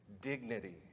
dignity